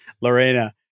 Lorena